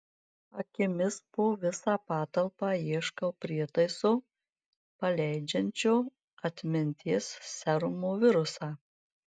akimis po visą patalpą ieškau prietaiso paleidžiančio atminties serumo virusą